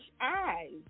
eyes